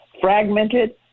fragmented